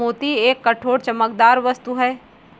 मोती एक कठोर, चमकदार वस्तु है